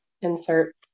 insert